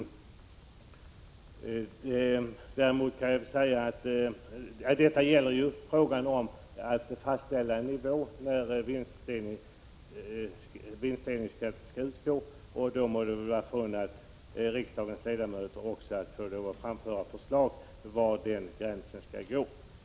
Det gäller ju här frågan om fastställande av den nivå där vinstdelningsskatten skall utgå. Då må det vara riksdagens ledamöter förunnat att framföra förslag, var den gränsen skall gå.